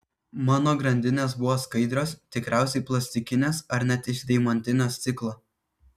mano grandinės buvo skaidrios tikriausiai plastikinės ar net iš deimantinio stiklo